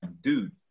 dude